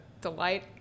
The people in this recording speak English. delight